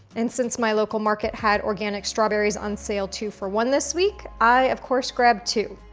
and since my local market had organic strawberries on sale two for one this week, i, of course, grabbed two.